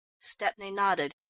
stepney nodded.